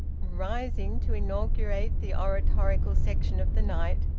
rising to inaugurate the oratorical section of the night,